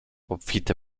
obfite